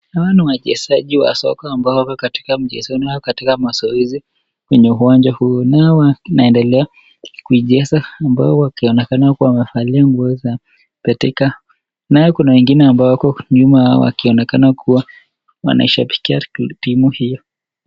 Wachezaji wa soka ambao wako katika mazoezi kwenye uwanja huu na wanaendelea kuicheza wakiwa wamevalia shati za Betika na kuna wengine wako nyuma yao wakionekana kuwa wanashabikia timu hio.